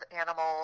animals